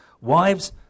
wives